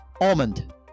Almond